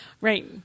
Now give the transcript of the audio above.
right